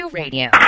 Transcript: radio